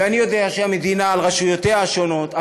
ואני יודע שהמדינה על רשויותיה השונות,